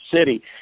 city